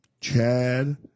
Chad